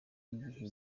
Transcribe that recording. y’igihe